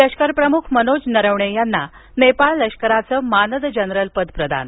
लष्करप्रमुख मनोज नरवणे यांना नेपाळ लष्कराचं मानद जनरलपद प्रदान